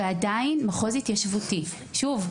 ועדיין מחוז התיישבותי שוב,